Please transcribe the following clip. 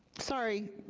sorry,